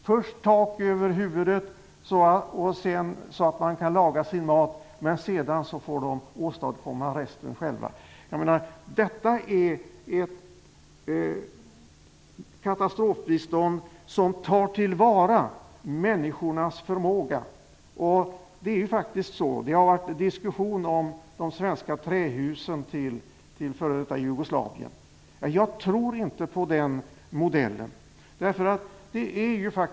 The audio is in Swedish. Först behöver människor tak över huvudet, så att de kan laga sin mat, men sedan får de åstadkomma resten själva. Detta är ett katastrofbistånd som tar till vara människornas förmåga. Det har varit diskussion om de svenska trähusen i f.d. Jugoslavien. Jag tror inte på den modellen.